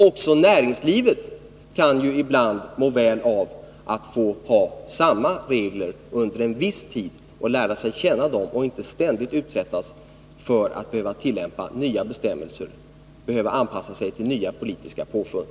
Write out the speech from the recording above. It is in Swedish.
Också näringslivet kan ju ibland må väl av att få ha samma regler under en viss tid och lära känna dem och inte ständigt utsättas för att behöva tillämpa nya bestämmelser, behöva anpassa sig till nya politiska påfund.